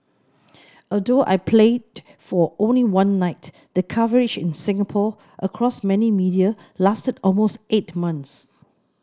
although I played for only one night the coverage in Singapore across many media lasted almost eight months